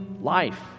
life